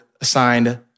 assigned